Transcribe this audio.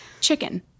Chicken